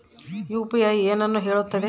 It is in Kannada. ಯು.ಪಿ.ಐ ಏನನ್ನು ಹೇಳುತ್ತದೆ?